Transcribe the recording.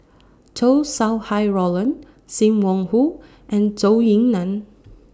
Chow Sau Hai Roland SIM Wong Hoo and Zhou Ying NAN